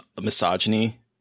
misogyny